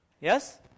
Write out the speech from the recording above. Yes